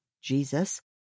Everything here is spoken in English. Jesus